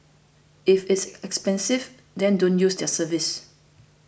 if it's expensive then don't use their service